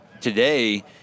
today